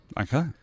Okay